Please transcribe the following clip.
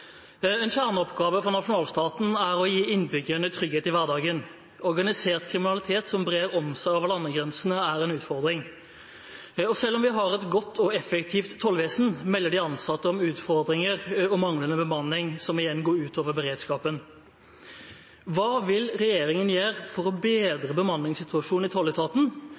en utfordring. Selv om vi har et godt og effektivt tollvesen, melder de ansatte om utfordringer og manglende bemanning som går utover beredskapen. Hva vil statsråden gjøre for å bedre bemanningssituasjonen i tolletaten,